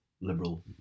liberal